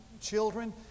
children